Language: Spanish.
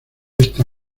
esta